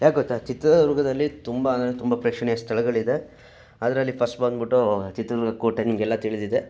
ಯಾಕೆ ಗೊತ್ತಾ ಚಿತ್ರದುರ್ಗದಲ್ಲಿ ತುಂಬ ಅಂದರೆ ತುಂಬ ಪ್ರೇಕ್ಷಣೀಯ ಸ್ಥಳಗಳಿದೆ ಅದ್ರಲ್ಲಿ ಫಸ್ಟ್ ಬಂದ್ಬಿಟ್ಟು ಚಿತ್ರದುರ್ಗ ಕೋಟೆ ನಿಮಗೆಲ್ಲ ತಿಳಿದಿದೆ